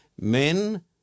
men